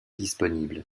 disponible